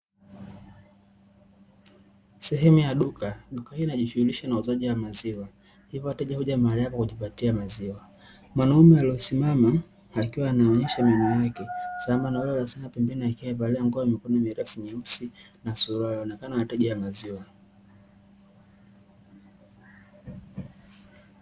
Sehemu ya duka, duka hili linajishughulisha na uuzaji wa maziwa, hivyo wateja huja mahali hapa kujipatia maziwa, mwanaume aliosimama akiwa anaonyesha meno yake, sambamba na huyo aliyesimama pembeni akiwa amevalia nguo ya mikono mirefu nyeusi na suruali, inaonekana wateja wa maziwa.